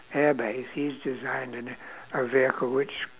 air base he's designed a ne~ a vehicle which